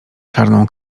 czarną